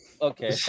Okay